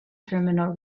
terminal